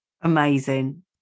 Amazing